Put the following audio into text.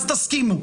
תסכימו.